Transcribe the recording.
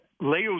Leo